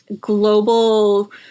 global